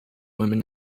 women